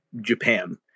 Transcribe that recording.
Japan